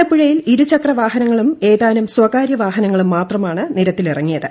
ആലപ്പുഴയിൽ ഇരുച്ക്രവ്ഫനങ്ങളും ഏതാനും സ്ഥകാര്യ വാഹനങ്ങളും മാത്രമാണ് നിരത്തിലിറങ്ങിയത്